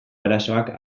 arazoak